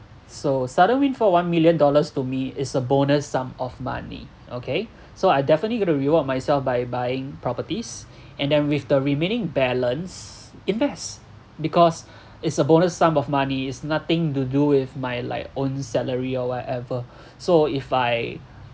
so sudden windfall one million dollars to me is a bonus sum of money okay so I definitely going to reward myself by buying properties and then with the remaining balance invest because it's a bonus sum of money it's nothing to do with my like own salary or whatever so if I